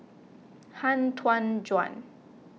Han Tan Juan